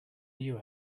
new